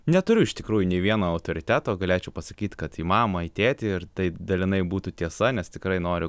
neturiu iš tikrųjų nei vieno autoriteto galėčiau pasakyt kad į mamą į tėtį ir tai dalinai būtų tiesa nes tikrai noriu